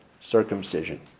circumcision